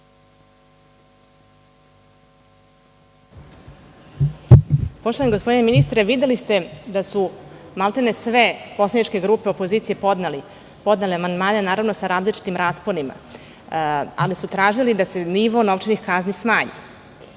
Poštovani gospodine ministre, videli ste da su maltene sve poslaničke grupe opozicije podnele amandmane, naravno sa različitim rasponima, ali su tražili da se nivo novčanih kazni smanji.